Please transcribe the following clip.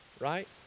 Right